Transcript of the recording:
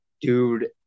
dude